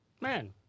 Man